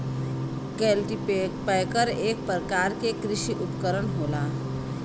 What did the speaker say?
cultipacker एक परकार के कृषि उपकरन होला